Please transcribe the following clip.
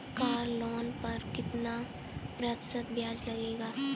Car loan पर कितना प्रतिशत ब्याज लगेगा?